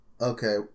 Okay